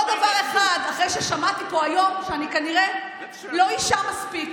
אחרי ששמעתי פה היום שאני כנראה לא אישה מספיק,